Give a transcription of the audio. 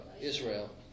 Israel